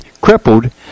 crippled